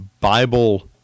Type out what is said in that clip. Bible